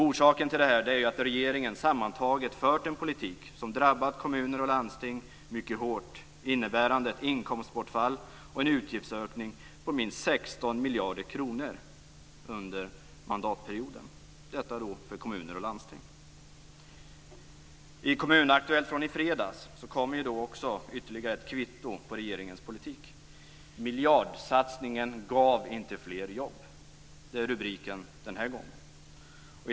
Orsaken till detta är att regeringen sammantaget för en politik som drabbat kommuner och landsting mycket hårt innebärande ett inkomstbortfall och en utgiftsökning på minst 16 miljarder kronor under mandatperioden för kommuner och landsting. I Kommun-Aktuellt från i fredags kom ytterligare ett kvitto på regeringens politik: "Miljardsatsningen gav inte fler jobb". Det är rubriken den här gången.